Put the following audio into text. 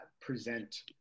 present